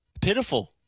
Pitiful